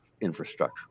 infrastructure